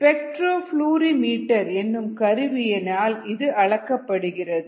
spectrofluorimeter என்னும் கருவியில் இது அளக்கப்படுகிறது